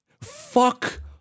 Fuck